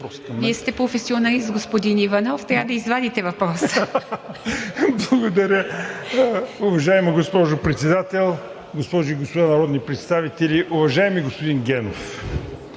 Вие сте професионалист, господин Иванов, трябва да извадите въпроса. ИВАН ИВАНОВ: Благодаря. Уважаема госпожо Председател, госпожи и господа народни представители! Уважаеми господин Генов,